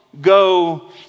go